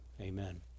amen